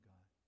God